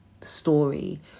story